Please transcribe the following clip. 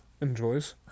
Enjoys